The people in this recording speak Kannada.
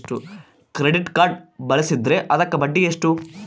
ಕ್ರೆಡಿಟ್ ಕಾರ್ಡ್ ಬಳಸಿದ್ರೇ ಅದಕ್ಕ ಬಡ್ಡಿ ಎಷ್ಟು?